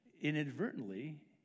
inadvertently